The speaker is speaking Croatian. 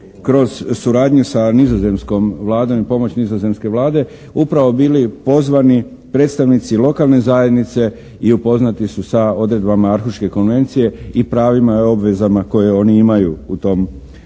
kroz suradnju sa nizozemskom vladom i pomoć nizozemske vlade upravo bili pozvani predstavnici lokalne zajednice i upoznati su sa odredbama arhuške konvencije i pravima i obvezama koje oni imaju u tom dijelu.